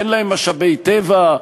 אין להן משאבי טבע,